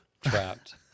Trapped